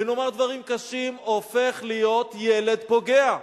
ונאמר דברים קשים, הופך להיות ילד פוגע.